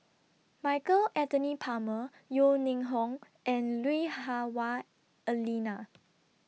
Michael Anthony Palmer Yeo Ning Hong and Lui Hah Wah Elena